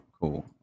cool